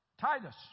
Titus